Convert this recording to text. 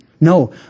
No